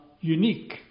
unique